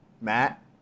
Matt